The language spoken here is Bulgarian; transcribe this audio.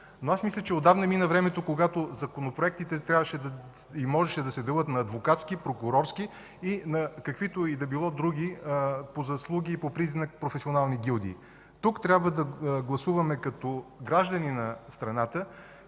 проект. Мисля, че отдавна мина времето, когато законопроектите трябваше и можеше да се делят на адвокатски, прокурорски и на каквито и да било други по заслуги и по признак професионални гилдии. Тук трябва да гласуваме като граждани на страната,